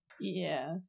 Yes